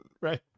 right